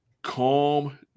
Calm